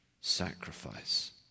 sacrifice